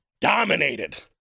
dominated